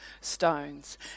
stones